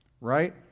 right